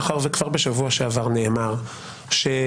מאחר שכבר בשבוע שעבר נאמר שהייעוץ